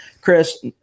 Chris